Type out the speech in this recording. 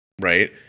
right